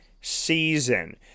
season